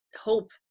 hope